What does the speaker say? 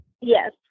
Yes